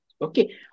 Okay